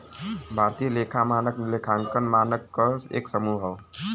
भारतीय लेखा मानक लेखांकन मानक क एक समूह हौ